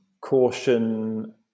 caution